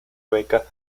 beca